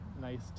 nice